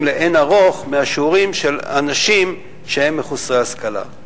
לאין ערוך משיעורי העוני בקרב אנשים שהם מחוסרי השכלה.